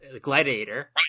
gladiator